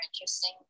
interesting